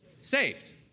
saved